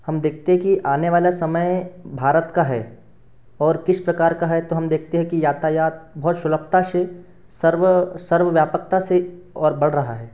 हम देखते हैं कि आने वाला समय भारत का है और किस प्रकार का है तो हम देखते हैं कि यातायात बहुत सुलभता से सर्व सर्व व्यापकता से और बढ़ रहा है